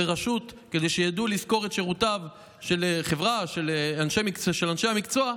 לרשות כדי שידעו לשכור את שירותיהם של אנשי מקצוע,